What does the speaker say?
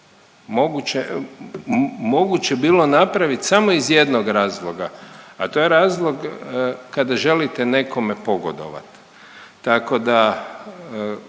moguće bilo napravit samo iz jednog razloga, a to je razlog kada želite nekome pogodovat.